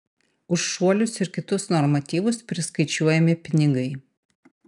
už šuolius ir kitus normatyvus priskaičiuojami pinigai